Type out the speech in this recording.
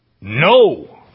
no